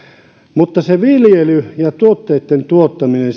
mutta se viljely ja tuotteitten tuottaminen